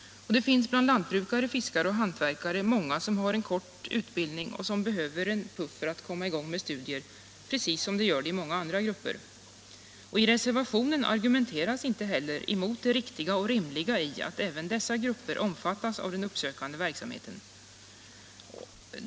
Bland lantbrukare, fiskare och hantverkare finns många som har kort utbildning och som behöver en påstötning för att komma i gång med studier, precis som är fallet i många andra grupper. I reservationen argumenteras inte heller mot det riktiga och rimliga i att även dessa grupper omfattas av den uppsökande verksamheten.